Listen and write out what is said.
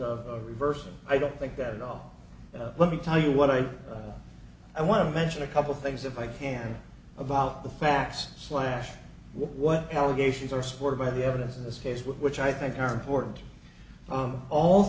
of a reversal i don't like that at all let me tell you what i mean i want to mention a couple things if i can about the facts slash what allegations are supported by the evidence in this case which i think are important on all